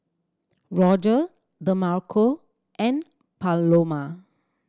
Roger Demarco and Paloma